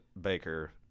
baker